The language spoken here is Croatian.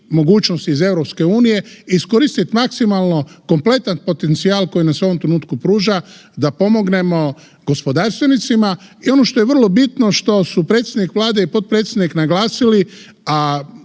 iz EU, iskoristi maksimalno kompletan potencijal koji nam se u ovom trenutku pruža da pomognemo gospodarstvenicima i ono što je vrlo bitno što su predsjednik Vlade i potpredsjednik naglasili,